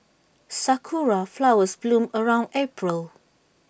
Sakura Flowers bloom around April